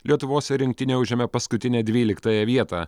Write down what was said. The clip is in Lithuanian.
lietuvos rinktinė užėmė paskutinę dvyliktąją vietą